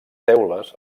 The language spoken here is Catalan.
teules